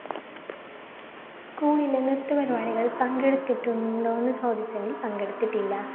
സ്കൂളിലെ നൃത്തപരിപാടികൾ പങ്കെടുത്തിട്ടുണ്ടോന്ന് ചോദിച്ചെങ്കി പങ്കെടുത്തിട്ടില്ല